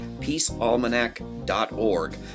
peacealmanac.org